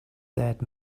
that